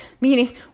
meaning